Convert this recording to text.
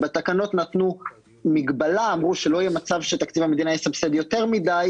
בתקנות נתנו מגבלה ואמרו שלא יהיה מצב שתקציב המדינה יסבסד יותר מידי